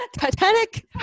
Titanic